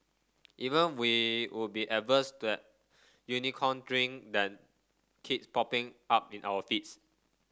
even we would be averse to that Unicorn Drink that keeps popping up in our feeds